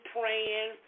praying